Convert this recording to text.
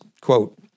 quote